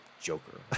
Joker